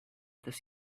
this